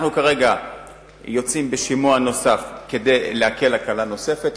אנחנו כרגע יוצאים בשימוע נוסף כדי להקל הקלה נוספת.